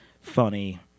funny